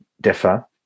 differ